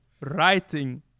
writing